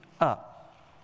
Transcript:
up